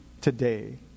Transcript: today